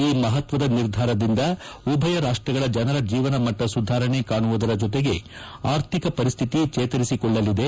ಈ ಮಪತ್ತದ ನಿರ್ಧಾರದಿಂದ ಉಭಯ ರಾಷ್ಟಗಳ ಜನರ ಜೀವನಮಟ್ಟ ಸುಧಾರಣೆ ಕಾಣುವ ಜೊತೆಗೆ ಆರ್ಥಿಕ ಪರಿಶ್ರಿತಿ ಚೇತರಿಸಿಕೊಳ್ಳಲಿದೆ